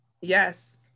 Yes